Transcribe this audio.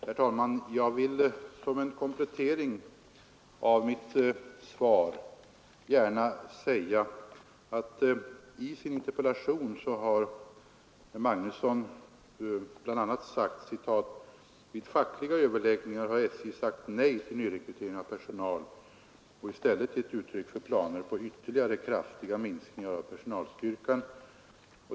Herr talman! Jag vill gärna göra en komplettering av mitt svar. I sin interpellation har herr Magnusson i Kristinehamn bl.a. sagt: ”Vid fackliga överläggningar har SJ sagt nej till nyrekrytering av personal och i stället gett uttryck för planer på ytterligare kraftiga minskningar av personalstyrkan.